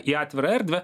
į atvirą erdvę